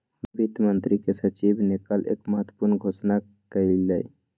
वित्त मंत्री के सचिव ने कल एक महत्वपूर्ण घोषणा कइलय